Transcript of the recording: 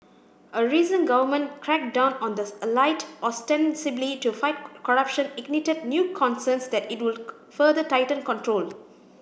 a recent government crackdown on the elite ostensibly to fight corruption ignited new concerns that it will further tighten control